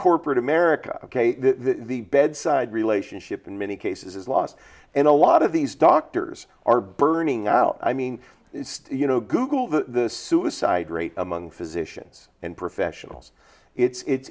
corporate america the bedside relationship in many cases is lost and a lot of these doctors are burning out i mean you know google the suicide rate among physicians and professionals it's i